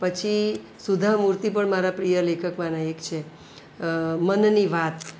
પછી સુધા મૂર્તિ પણ મારા પ્રિય લેખકમાંના એક છે મનની વાત